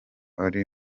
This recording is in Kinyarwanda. ari